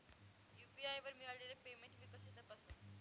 UPI वर मिळालेले payment मी कसे तपासू?